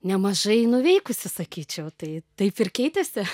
nemažai nuveikusi sakyčiau tai taip ir keitėsi